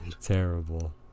Terrible